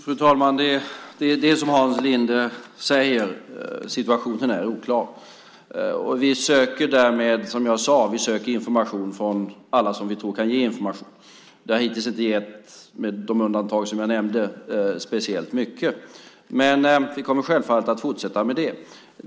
Fru talman! Det är som Hans Linde säger; situationen är oklar. Som jag sade söker vi information från alla som vi tror kan ge information. Med de undantag som jag nämnde har det hittills inte gett speciellt mycket. Vi kommer självfallet att fortsätta med det.